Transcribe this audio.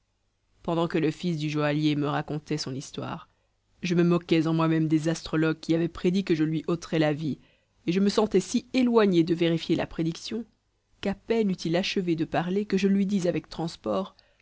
pendant que le fils du joaillier me racontait son histoire je me moquais en moi-même des astrologues qui avaient prédit que je lui ôterais la vie et je me sentais si éloigné de vérifier la prédiction qu'à peine eut-il achevé de parler que je lui dis avec transport